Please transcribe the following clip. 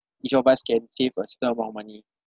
each of us can save a certain amount of money